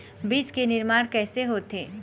बीज के निर्माण कैसे होथे?